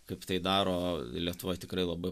kaip tai daro lietuvoj tikrai labai